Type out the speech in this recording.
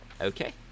Okay